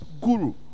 guru